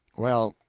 well,